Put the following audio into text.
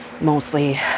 mostly